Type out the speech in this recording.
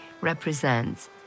represents